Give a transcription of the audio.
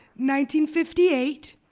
1958